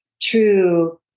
true